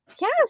Yes